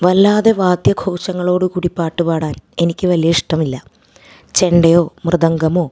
വല്ലാതെ വാദ്യഘോഷങ്ങളോടു കൂടി പാട്ട് പാടാൻ എനിക്ക് വലിയ ഇഷ്ടമില്ല ചെണ്ടയോ മൃദംഗമോ